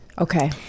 okay